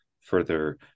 further